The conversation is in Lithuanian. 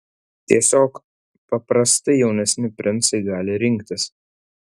tiesiog paprastai jaunesni princai gali rinktis